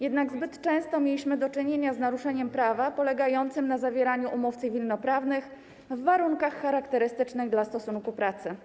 Jednak zbyt często mieliśmy do czynienia z naruszeniem prawa polegającym na zawieraniu umów cywilnoprawnych w warunkach charakterystycznych dla stosunku pracy.